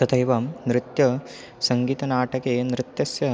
तथैवं नृत्यसङ्गितनाटके नृत्यस्य